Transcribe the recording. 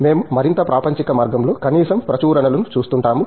మేము మరింత ప్రాపంచిక మార్గంలో కనీసం ప్రచురణలను చూస్తుంటాము